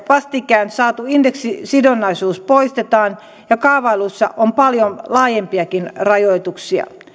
vastikään saatu indeksisidonnaisuus poistetaan ja kaavailuissa on paljon laajempiakin rajoituksia